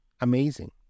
amazing